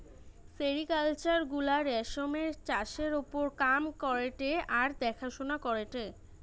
sericulture গুলা রেশমের চাষের ওপর কাম করেটে আর দেখাশোনা করেটে